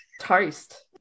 Toast